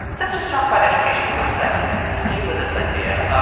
let's just talk about education for a second and stay with this idea. ah